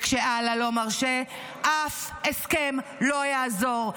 וכשאללה לא מרשה, אף הסכם לא יעזור.